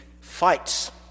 fights